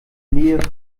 nähe